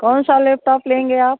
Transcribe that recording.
कौन सा लेपटॉप लेंगे आप